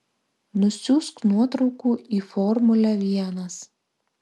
nusiųsk nuotraukų į formulę vienas